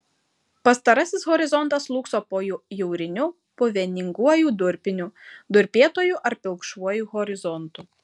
pastarasis horizontas slūgso po jauriniu puveninguoju durpiniu durpėtuoju ar pilkšvuoju horizontu